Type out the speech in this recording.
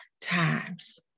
times